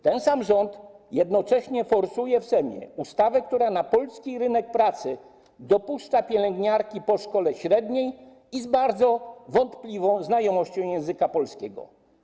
Te sam rząd jednocześnie forsuje w Sejmie ustawę, która na polski rynek pracy dopuszcza pielęgniarki po szkole średniej i z bardzo wątpliwą znajomością języka polskiego.